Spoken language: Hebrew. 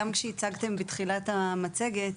גם כשהצגתם בתחילת המצגת,